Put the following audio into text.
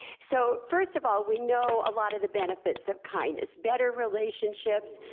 so first of all, we know a lot of the benefits of kindness, better relationships,